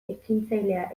ekintzailea